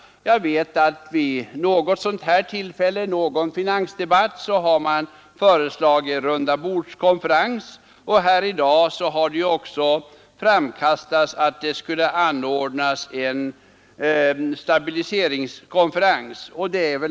Jag vet att vid någon tidigare finansdebatt har föreslagits rundabordskonferens, och här i dag har ju — liksom tidigare — tanken framkastats att det skulle anordnas en stabiliseringskonferens.